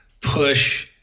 push